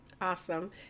Awesome